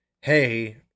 hey